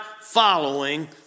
following